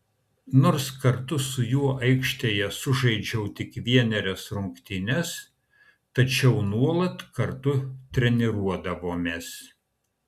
nors kartu su juo aikštėje sužaidžiau tik vienerias rungtynes tačiau nuolat kartu treniruodavomės